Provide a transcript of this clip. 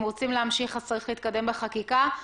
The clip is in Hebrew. רוצים להמשיך אז צריך להתקדם בחקיקה.